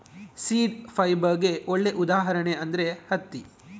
seed ಫೈಬರ್ಗೆ ಒಳ್ಳೆ ಉದಾಹರಣೆ ಅಂದ್ರೆ ಹತ್ತಿ